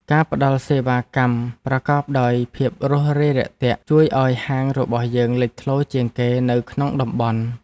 ការផ្តល់សេវាកម្មប្រកបដោយភាពរួសរាយរាក់ទាក់ជួយឱ្យហាងរបស់យើងលេចធ្លោជាងគេនៅក្នុងតំបន់។